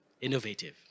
innovative